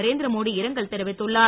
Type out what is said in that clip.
நரேந் திரமோடி இரங்கல் தெரி வித்துள்ளார்